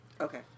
Okay